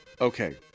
Okay